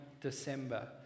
December